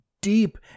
deep